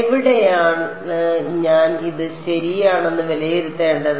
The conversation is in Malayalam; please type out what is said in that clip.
എവിടെയാണ് ഞാൻ ഇത് ശരിയാണെന്ന് വിലയിരുത്തേണ്ടത്